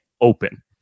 open